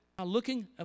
looking